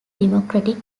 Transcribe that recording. democratic